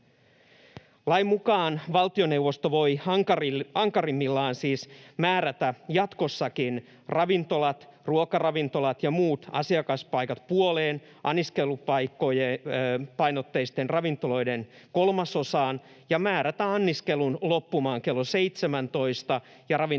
Lain mukaan valtioneuvosto voi ankarimmillaan siis määrätä jatkossakin ruokaravintoloiden ja muiden asiakaspaikat puoleen, anniskelupainotteisten ravintoloiden kolmasosaan ja määrätä anniskelun loppumaan kello 17 ja ravintolan sulkemaan